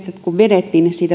kuin vedet